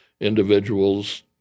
individuals